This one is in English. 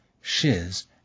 Shiz